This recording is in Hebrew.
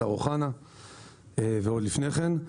השר אוחנה ועוד לפני כן.